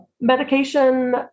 Medication